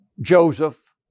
Joseph